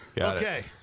Okay